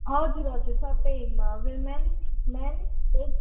हजुर हजुर सबैमा विमेन मेन सेक्स